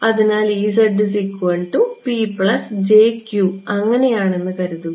അതിനാൽ അങ്ങനെയാണെന്ന് കരുതുക